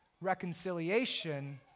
Reconciliation